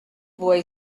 boy